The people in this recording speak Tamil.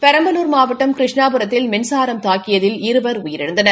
பெரம்பலூர் மாவட்டம் கிருஷ்ணாபுரத்தில் மின்சாரம் தாக்கியதில் இருவர் உயிரிழந்தனர்